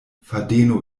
fadeno